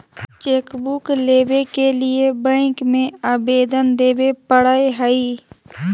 chequebook लेबे के लिए बैंक में अबेदन देबे परेय हइ